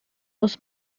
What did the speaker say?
muss